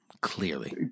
Clearly